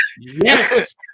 Yes